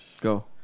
Go